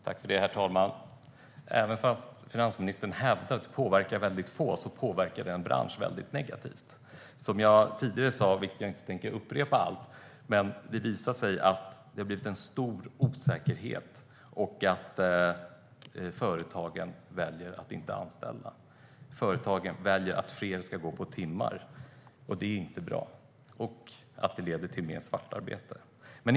Herr talman! Även om finansministern hävdar att det påverkar ytterst få påverkar det en bransch väldigt negativt. Som jag tidigare sa har det skapat stor osäkerhet i branschen. Företagen väljer att inte anställa och låter fler gå på timmar. Det är inte bra. De tror också att det leder till mer svartarbete. Herr talman!